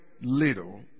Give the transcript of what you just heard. little